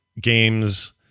games